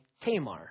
Tamar